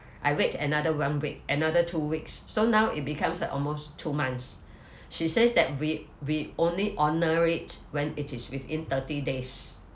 I wait another one week another two weeks so now it becomes like almost two months she says that we we only honour it when it is within thirty days